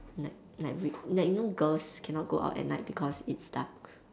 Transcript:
like like you like you know girls cannot go out at night because it's dark